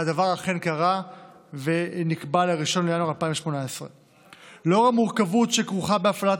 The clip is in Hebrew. והדבר אכן קרה ונקבע ל-1 בינואר 2018. לאור המורכבות שכרוכה בהפעלת